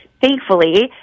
thankfully